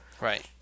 Right